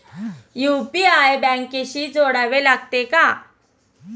UPI बँकेशी जोडावे लागते का?